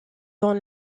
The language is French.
dont